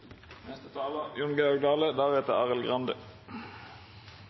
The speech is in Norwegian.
neste år. Representanten Jon Georg Dale